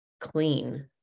clean